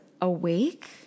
awake